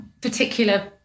particular